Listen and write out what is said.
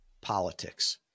Politics